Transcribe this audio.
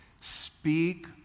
Speak